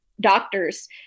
doctors